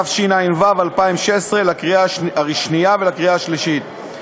26), התשע"ו 2016, לקריאה שנייה ולקריאה שלישית.